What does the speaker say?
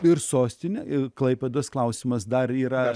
ir sostinę ir klaipėdos klausimas dar yra